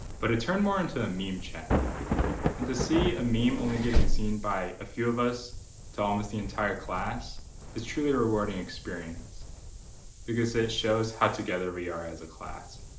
but it turned more into a meme check and to see a meme only getting seen by a few of us to almost the entire class is truly rewarding experience because it shows how together we are as a class.